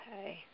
Okay